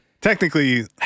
Technically